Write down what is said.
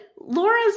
Laura's